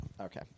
Okay